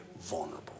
vulnerable